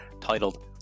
titled